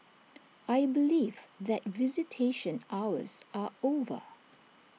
I believe that visitation hours are over